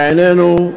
לעינינו,